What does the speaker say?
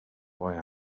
boy